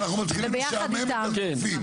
ויחד איתן.